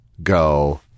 go